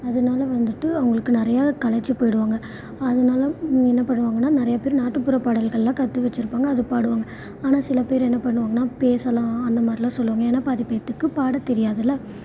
அதனால வந்துட்டு அவர்களுக்கு நிறையா களைத்து போய்விடுவாங்க அதனால் என்ன பண்ணுவாங்கன்னால் நிறையா பேர் நாட்டுப்புற பாடல்களெலாம் கற்று வச்சுருப்பாங்க அது பாடுவாங்க ஆனால் சில பேர் என்ன பண்ணுவாங்கன்னால் பேசலாம் அந்த மாதிரிலாம் சொல்லுவாங்க ஏன்னால் பாதி பேருத்துக்கு பாட தெரியாதில